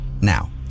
now